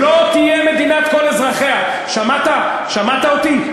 לא תהיה מדינת כל אזרחיה, שמעת, שמעת אותי?